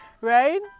Right